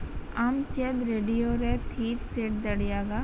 ᱟᱢ ᱪᱮᱫ ᱨᱮᱰᱤᱭᱳ ᱨᱮ ᱛᱷᱤᱯ ᱥᱮᱴ ᱫᱟᱲᱮᱭᱟᱜᱼᱟ